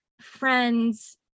friends